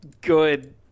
good